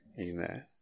Amen